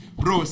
bro